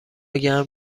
گرم